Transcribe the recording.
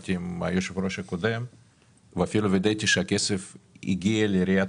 דיברתי עם היושב ראש הקודם ואפילו וידאתי שהכסף הגיע לעיריית